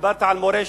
דיברת על מורשת,